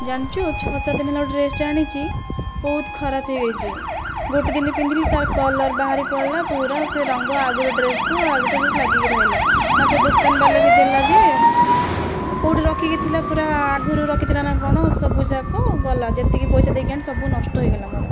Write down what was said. ଜାଣିଛୁ ଛଅ ସାତଦିନ ହେଲା ଡ୍ରେସଟା ଆଣିଛି ବହୁତ ଖରାପ ହୋଇଯାଇଛି ଗୋଟିଏ ଦିନ ପିନ୍ଧିଲି ତାର କଲର ବାହାରି ପଡ଼ିଲା ପୁରା ସେ ରଙ୍ଗ ଆଉ ଗୋଟିଏ ଡ୍ରେସକୁ ଆଉ ଗୋଟିଏ ଡ୍ରେସ ଲାଗିକି ରହିଲା ନା ସେ ଦୋକାନବାଲା ବି ଦେଲା ଯେ କେଉଁଠି ରଖିକି କି ଥିଲା ପୁରା ଆଗରୁ ରଖିଥିଲା ନା କଣ ସବୁଯାକ ଗଲା ଯେତିକି ପଇସା ଦେଇକି ଆଣିଥିଲି ସବୁ ନଷ୍ଟ ହୋଇଗଲା ମୋର